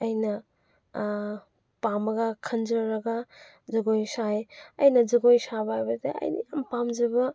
ꯑꯩꯅ ꯄꯥꯝꯃꯒ ꯈꯟꯖꯔꯒ ꯖꯒꯣꯏ ꯁꯥꯏ ꯑꯩꯅ ꯖꯒꯣꯏ ꯁꯥꯕ ꯍꯥꯏꯕꯗꯤ ꯑꯩꯅ ꯌꯥꯝ ꯄꯥꯝꯖꯕ